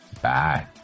Bye